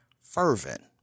fervent